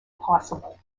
possible